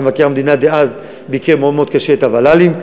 ומבקר המדינה דאז ביקר באופן מאוד מאוד קשה את הוול"לים.